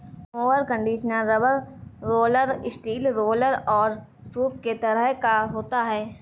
mower conditioner rubber roller, steel roller और सूप के तरह का होता है